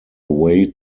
way